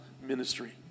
ministry